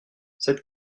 cette